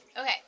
Okay